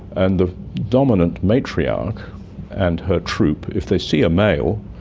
and the dominant matriarch and her troupe, if they see a male,